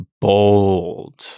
bold